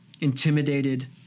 intimidated